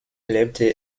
lebte